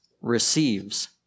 receives